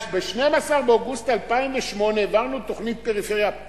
ב-12 באוגוסט 2008 העברנו בממשלה תוכנית פריפריה.